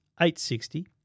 $860